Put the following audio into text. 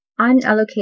unallocated